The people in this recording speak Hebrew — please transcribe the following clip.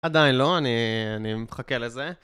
עדיין לא, אני מחכה לזה.